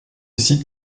site